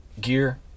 gear